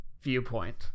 Viewpoint